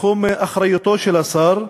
בתחום אחריותו של השר.